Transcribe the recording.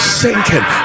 sinking